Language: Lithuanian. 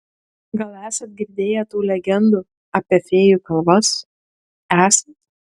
gal esat girdėję tų legendų apie fėjų kalvas esat